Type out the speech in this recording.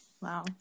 Wow